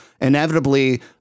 inevitably